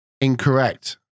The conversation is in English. Incorrect